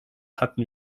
hatten